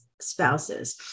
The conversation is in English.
spouses